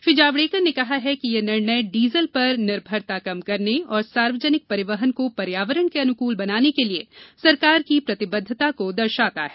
श्री जावड़ेकर ने कहा है कि यह निर्णय डीजल पर निर्भरता कम करने और सार्वजनिक परिवहन को पर्यावरण के अनुकूल बनाने के लिए सरकार की प्रतिबद्धता को दर्शाता है